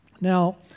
Now